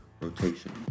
rotation